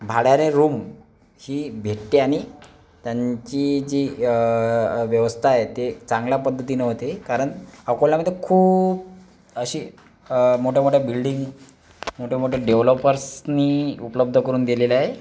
भाड्याने रूम ही भेटते आणि त्यांची जी व्यवस्था आहे ते चांगल्या पद्धतीनं होते कारण अकोल्यामध्ये खूप असे मोठ्यामोठ्या बिल्डिंग मोठ्यामोठ्या डेव्हलपर्सनी उपलब्ध करून दिलेली आहे